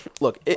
Look